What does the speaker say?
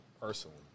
personally